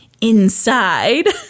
inside